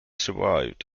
survived